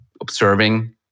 observing